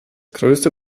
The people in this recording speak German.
größte